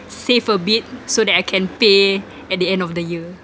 save a bit so that I can pay at the end of the year